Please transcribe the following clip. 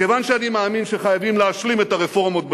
וכיוון שאני מאמין שחייבים להשלים את הרפורמות בדיור,